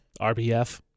rbf